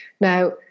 Now